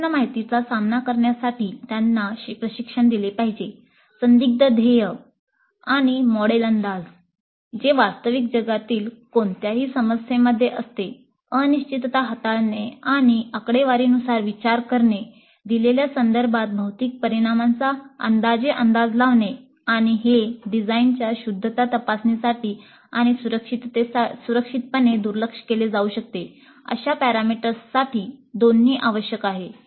अपूर्ण माहितीचा सामना करण्यासाठी त्यांना प्रशिक्षण दिले पाहिजे संदिग्ध ध्येयग्राहक बहुधा त्यांना नक्की हवे असते तेच स्पष्ट नसते आणि मॉडेल अंदाज डिझाइन दरम्यान आम्ही तयार केलेले जवळजवळ प्रत्येक मॉडेल वास्तविकतेची पूर्तता असते म्हणून मॉडेल अंदाज जे वास्तविक जगातील कोणत्याही समस्येमध्ये असते अनिश्चितता हाताळणे आणि आकडेवारीनुसार विचार करणे दिलेल्या संदर्भात भौतिक परिमाणांचा अंदाजे अंदाज लावणे आणि हे डिझाइनच्या शुद्धता तपासणीसाठी आणि सुरक्षितपणे दुर्लक्ष केले जाऊ शकते अशा पॅरामीटर्ससाठी दोन्ही आवश्यक आहे